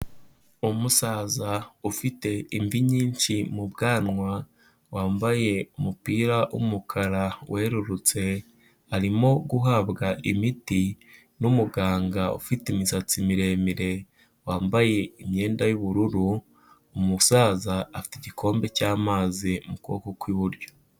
Umusaza ufite imvi nyinshi mu bwanwa, wambaye umupira w'umukara werurutse, arimo guhabwa imiti n'umuganga ufite imisatsi miremire, wambaye imyenda y'ubururu, umusaza afite igikombe cy'amazi mu kuboko kw'iburyo.